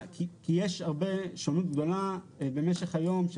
יש שונות גדולה במשך היום,